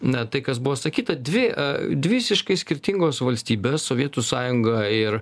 na tai kas buvo sakyta dvi dvi visiškai skirtingos valstybės sovietų sąjunga ir